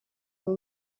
for